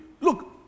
look